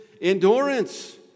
endurance